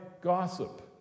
gossip